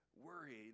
worried